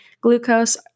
glucose